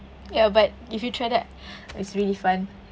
ya but if you try that it's really fun